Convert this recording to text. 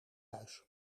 huis